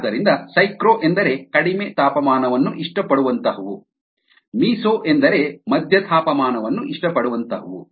ಆದ್ದರಿಂದ ಸೈಕ್ರೊ ಎಂದರೆ ಕಡಿಮೆ ತಾಪಮಾನವನ್ನು ಇಷ್ಟಪಡುವಂಥಹವು ಮೀಸೋ ಎಂದರೆ ಮಧ್ಯ ತಾಪಮಾನವನ್ನು ಇಷ್ಟಪಡುವಂಥಹವು